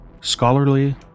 Scholarly